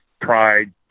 pride